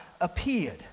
appeared